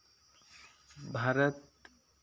Bharat